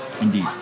Indeed